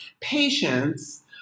patience